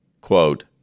quote